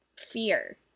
fear